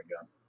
again